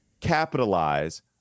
capitalize